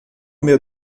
meu